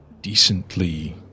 decently